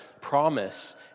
promise